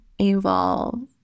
evolve